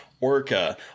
Orca